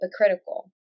hypocritical